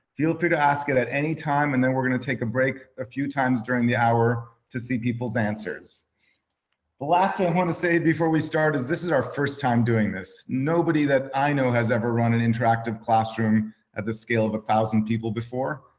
feel free to ask it at any time. and then we're gonna take a break a few times during the hour to see people's answers. the last thing i wanna say before we start is this is our first time doing this. nobody that i know has ever run an interactive classroom at the scale of one thousand people before.